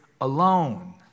alone